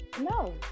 no